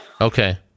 Okay